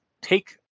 take